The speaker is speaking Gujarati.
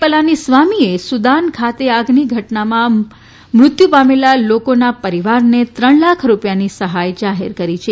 પલાનીસ્વામીએ સુદાન ખાતે આગની ઘટનામાં મૃત્યુ પામેલા લોકોના પરિવારને ત્રણ લાખ રૂપિયાની સહાય જાહેર કરી છે